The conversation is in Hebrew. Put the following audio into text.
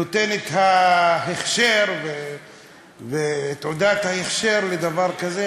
נותן את ההכשר ואת תעודת ההכשר לדבר כזה,